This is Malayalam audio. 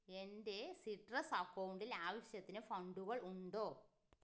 എൻ്റെ സിട്രസ് അക്കൗണ്ടിൽ ആവശ്യത്തിന് ഫണ്ടുകൾ ഉണ്ടോ